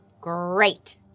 great